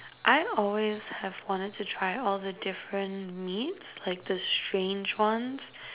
I always have wanted to try all the different meats like the strange ones